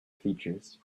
features